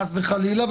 חס וחלילה,